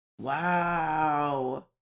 Wow